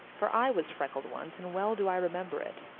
for i was freckled once and well do i remember it.